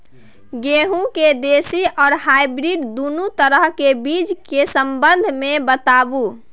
गेहूँ के देसी आ हाइब्रिड दुनू तरह के बीज के संबंध मे बताबू?